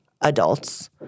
adults